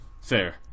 Fair